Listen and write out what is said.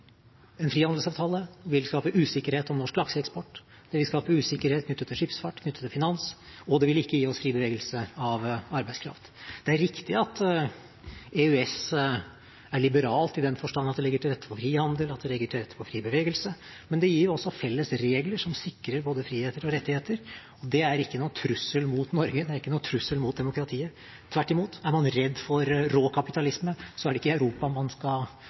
En frihandelsavtale vil skape usikkerhet om norsk lakseeksport, det vil skape usikkerhet knyttet til skipsfart, knyttet til finans, og det vil ikke gi oss fri bevegelse av arbeidskraft. Det er riktig at EØS er liberalt i den forstand at det legger til rette for frihandel, at det legger til rette for fri bevegelse, men det gir også felles regler som sikrer både friheter og rettigheter. Det er ikke noen trussel mot Norge, det er ikke noen trussel mot demokratiet. Tvert imot: Er man redd for rå kapitalisme, er det ikke Europa man skal